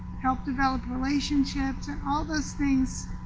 help develop relationships and all those things